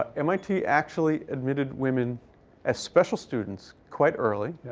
mit actually admitted women as special students quite early.